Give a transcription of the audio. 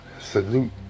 salute